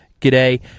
g'day